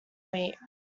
wheat